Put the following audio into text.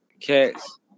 cats